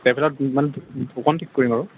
ট্ৰেভেলাৰত মানে দুখন ঠিক কৰিম আৰু